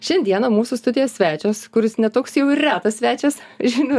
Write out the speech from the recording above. šiandieną mūsų studijos svečias kuris ne toks jau ir retas svečias žinių